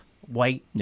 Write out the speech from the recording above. white